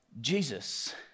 Jesus